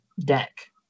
deck